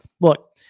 Look